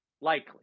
likely